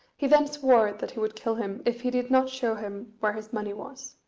he then swore that he would kill him if he did not show him where his money was.